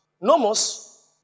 Nomos